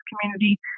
community